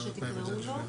איך שתקראו לו.